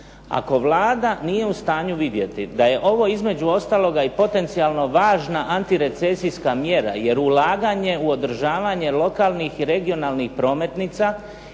Ako Vlada nije u stanju vidjeti da je ovo između ostaloga i potencijalno važna antirecesijska mjera jer ulaganje u održavanje lokalnih i regionalnih prometnica